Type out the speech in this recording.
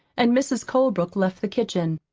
and mrs. colebrook left the kitchen.